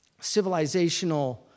civilizational